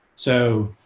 so